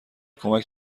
کمک